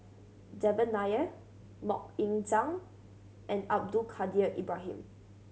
Devan Nair Mok Ying Jang and Abdul Kadir Ibrahim